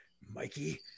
Mikey